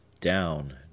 down